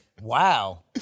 Wow